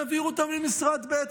והעבירו אותה למשרד ב'.